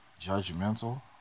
judgmental